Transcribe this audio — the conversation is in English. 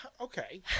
Okay